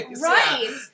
Right